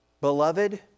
Beloved